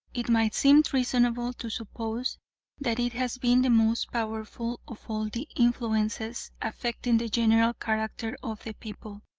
it might seem reasonable to suppose that it has been the most powerful of all the influences affecting the general character of the people,